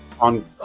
on